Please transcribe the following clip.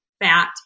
fat